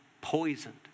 poisoned